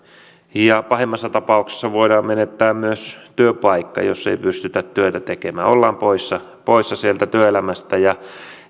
ja pahimmassa tapauksessa voidaan menettää myös työpaikka jos ei pystytä työtä tekemään ja ollaan poissa poissa sieltä työelämästä